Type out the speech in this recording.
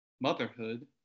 motherhood